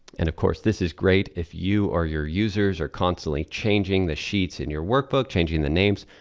and of course this is great if you or your users are constantly changing the sheets in your workbook, changing the names,